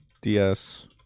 DS